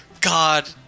God